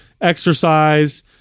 exercise